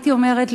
הייתי אומרת,